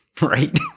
right